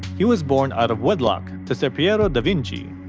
he was born out of wedlock to ser piero da vinci,